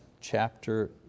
Chapter